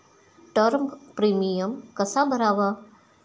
Term premium कसा भरावा?